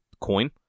coin